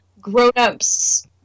grown-ups